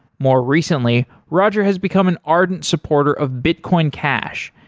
more recently, roger has become an ardent supporter of bitcoin cash,